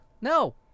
No